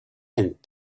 and